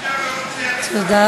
בפעילותה נגד הטרור, הוא הרוצח.